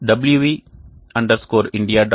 wv India